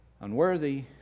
Unworthy